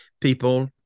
people